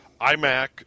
iMac